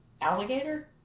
Alligator